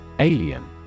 Alien